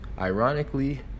ironically